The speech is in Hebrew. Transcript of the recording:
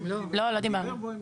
לא, לא דיברנו.